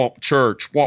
church